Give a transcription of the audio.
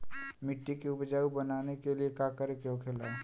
मिट्टी के उपजाऊ बनाने के लिए का करके होखेला?